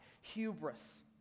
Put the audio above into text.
hubris